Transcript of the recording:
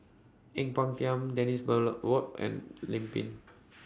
Ang Peng Tiam Dennis Bloodworth and Lim Pin